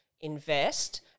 invest